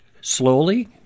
slowly